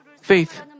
faith